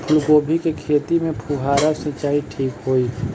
फूल गोभी के खेती में फुहारा सिंचाई ठीक होई?